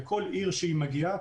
לכל עיר שהיא מגיעה,